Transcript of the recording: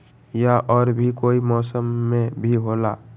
या और भी कोई मौसम मे भी होला?